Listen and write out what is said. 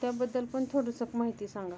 त्याबद्दल पण थोडसं माहिती सांगा